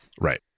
right